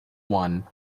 one